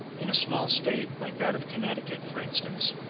in a small state, like that of connecticut for instance,